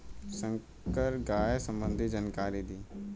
संकर गाय सबंधी जानकारी दी?